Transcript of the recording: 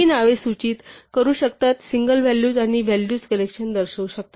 ही नावे सूचित करू शकतात सिंगल व्हॅल्यूज किंवा व्हॅल्यूज कलेक्शन दर्शवू शकतात